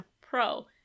pro